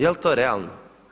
Jel to realno?